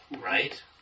right